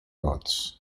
odds